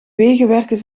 wegenwerken